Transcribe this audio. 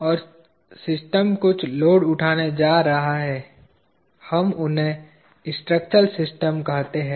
और सिस्टम कुछ लोड उठाने जा रहा है हम उन्हें स्ट्रक्चरल सिस्टम कहते हैं